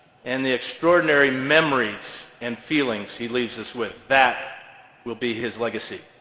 and the extraordinary memories and feelings he leaves us with. that will be his legacy.